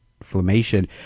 inflammation